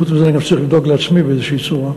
חוץ מזה, אני גם צריך לדאוג לעצמי באיזושהי צורה.